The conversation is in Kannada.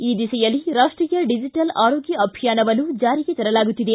ಈ ದಿಸೆಯಲ್ಲಿ ರಾಷ್ಟೀಯ ಡಿಜಿಟಲ್ ಆರೋಗ್ಯ ಅಭಿಯಾನವನ್ನು ಜಾರಿಗೆ ತರಲಾಗುತ್ತಿದೆ